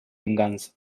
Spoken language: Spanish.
venganza